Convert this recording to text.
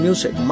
Music